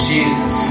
Jesus